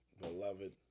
Beloved